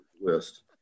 list